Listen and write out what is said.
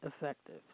effective